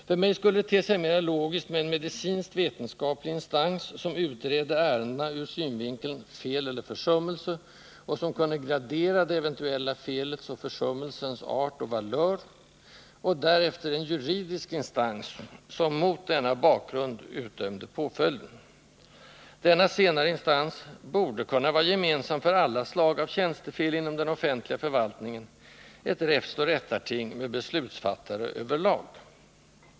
För mig skulle det te sig mer logiskt med en medicinsk-vetenskaplig instans, som utredde ärendena ur synvinkeln ”fel eller försummelse” och som kunde gradera det eventuella felets eller den eventuella försummelsens art och valör, och därefter en juridisk instans, som mot denna bakgrund utdömde påföljden. Denna senare instans borde kunna vara gemensam för alla slag av tjänstefel inom den offentliga förvaltningen — ett räfstoch rättarting med beslutsfattare över lag.